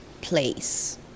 place